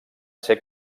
ser